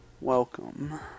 welcome